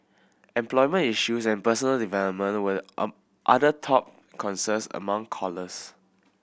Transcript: employment issues and personal development was on other top concerns among callers